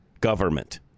government